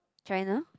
China